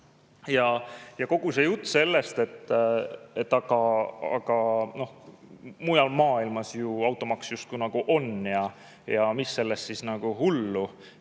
Kogu see jutt sellest, et aga mujal maailmas ju automaks justkui on ja mis sellest hullu